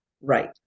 right